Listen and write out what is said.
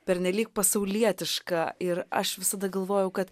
pernelyg pasaulietiška ir aš visada galvojau kad